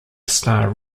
star